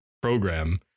program